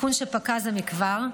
תיקון שפקע זה מכבר,